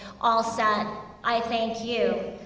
alsat, i thank you.